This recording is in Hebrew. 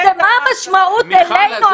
ומה המשמעות עלינו,